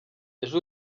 ejo